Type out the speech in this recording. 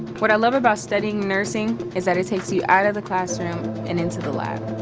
what i love about studying nursing is that it takes you out of the classroom, and into the lab.